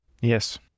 Yes